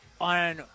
on